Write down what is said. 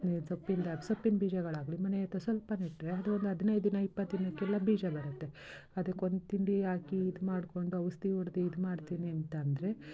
ಸೊಪ್ಪಿಂದ ಸೊಪ್ಪಿಂದು ಬೀಜಗಳಾಗಲಿ ಮನೆ ಹತ್ರ ಸ್ವಲ್ಪ ನೆಟ್ಟರೆ ಅದು ಒಂದು ಹದ್ನೈದು ದಿನ ಇಪ್ಪತ್ತು ದಿನಕ್ಕೆಲ್ಲ ಬೀಜ ಬರುತ್ತೆ ಅದಕ್ಕೊಂದು ತಿಂಡಿ ಹಾಕಿ ಇದು ಮಾಡಿಕೊಂಡು ಔಷಧಿ ಹೊಡ್ದು ಇದು ಮಾಡ್ತೀನಿ ಅಂತ ಅಂದರೆ